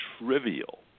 trivial